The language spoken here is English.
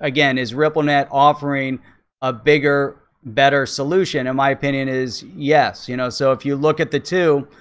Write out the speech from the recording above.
again is rebel net offering a bigger better solution to and my opinion is yes you know so if you look at the two,